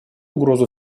угрозу